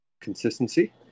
Consistency